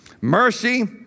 Mercy